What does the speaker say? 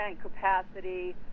capacity